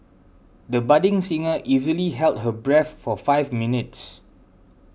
the budding singer easily held her breath for five minutes